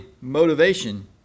motivation